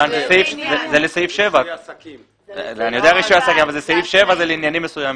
זה לסעיף 7. סעיף 7 זה לעניינים מסוימים.